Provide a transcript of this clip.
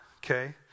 Okay